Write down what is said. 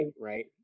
Right